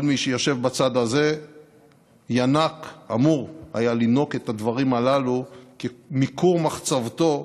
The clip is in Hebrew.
כל מי שיושב בצד הזה אמור היה לינוק את הדברים הללו מכור מחצבתו,